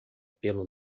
pelo